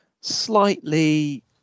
slightly